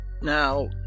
Now